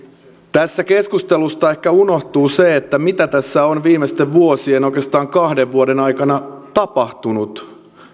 tästä keskustelusta ehkä unohtuu se mitä tässä on viimeisten vuosien oikeastaan kahden vuoden aikana tapahtunut